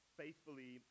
faithfully